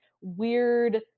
weird